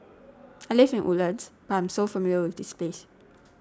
I live in Woodlands but I'm so familiar with this place